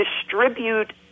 distribute